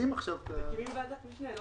בחוץ וביטחון.